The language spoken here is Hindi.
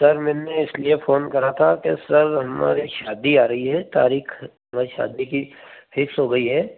सर मैंने इसलिए फोन करा था कि सर हमारी शादी आ रही है तारिख हमारी शादी की फिक्स हो गई है